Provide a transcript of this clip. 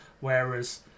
Whereas